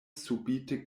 subite